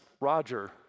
Roger